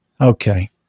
Okay